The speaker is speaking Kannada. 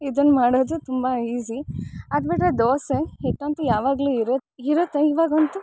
ಇದನ್ನು ಮಾಡೋದು ತುಂಬ ಈಸಿ ಅದುಬಿಟ್ರೆ ದೋಸೆ ಹಿಟ್ಟಂತೂ ಯಾವಾಗಲೂ ಇರು ಇರತ್ತೆ ಇವಾಗಂತೂ